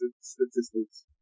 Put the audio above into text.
statistics